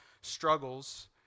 struggles